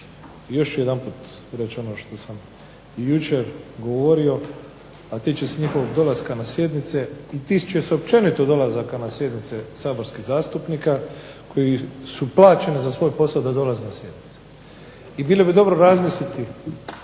Još je jedanput rečeno što sam i jučer govorio, a tiče se njihovog dolaska na sjednice. I tiče se općenito dolazaka na sjednice saborskih zastupnika koji su plaćeni za svoj posao da dolaze na sjednice. I bilo bi dobro razmisliti